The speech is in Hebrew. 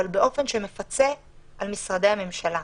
אבל באופן שמפצה על משרדי הממשלה.